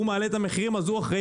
אם הוא מעלה את המחירים אז הוא אחראי